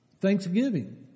thanksgiving